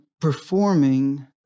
performing